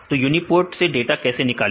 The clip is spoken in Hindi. तो यूनीपोर्ट से डाटा कैसे निकाले